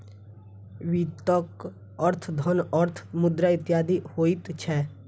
वित्तक अर्थ धन, अर्थ, मुद्रा इत्यादि होइत छै